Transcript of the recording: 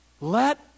Let